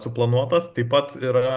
suplanuotas taip pat yra